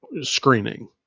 screening